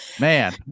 man